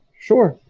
sure.